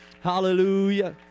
hallelujah